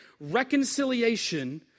reconciliation